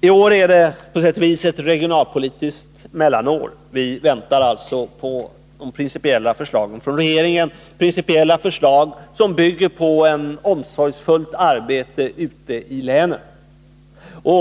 I år är det på sätt och vis ett regionalpolitiskt mellanår. Vi väntar alltså på de principiella förslagen från regeringen, som bygger på ett omsorgsfullt arbete ute i länen.